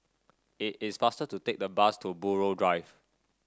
it is faster to take the bus to Buroh Drive